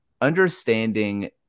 understanding